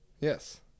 Yes